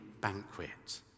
banquet